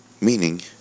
Meaning